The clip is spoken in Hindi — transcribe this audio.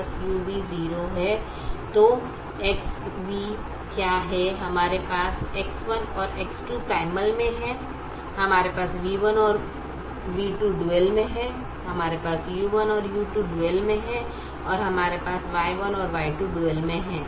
तो Xv क्या है हमारे पास X1 और X2 प्राइमल मे है हमारे पास v1 और v2 डुअल मे है हमारे पास u1 और u2 डुअल मे है हमारे पास Y1 और Y2 डुअल मे है